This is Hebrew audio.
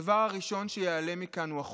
הדבר הראשון שייעלם מכאן הוא החופש,